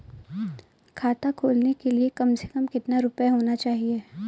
खाता खोलने के लिए कम से कम कितना रूपए होने चाहिए?